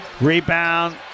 Rebound